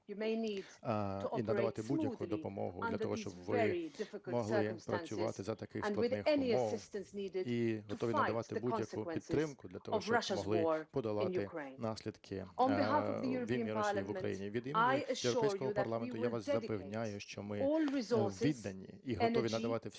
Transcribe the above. і надавати будь-яку допомогу для того, щоб ви могли працювати за таких складних умов. І готові надавати будь-яку підтримку для того, щоб могли подолати наслідки війни Росії в Україні. Від імені Європейського парламенту я вас запевняю, що ми віддані і готові надавати всі